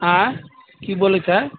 आंय की बोलै हय